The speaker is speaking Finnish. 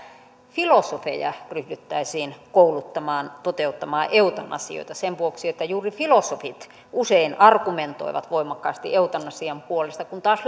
filosofeja ryhdyttäisiin kouluttamaan toteuttamaan eutanasioita sen vuoksi että juuri filosofit usein argumentoivat voimakkaasti eutanasian puolesta kun taas